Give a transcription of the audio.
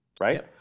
Right